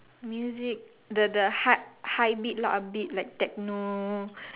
music the the heart high beat lah a bit like techno